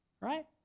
Right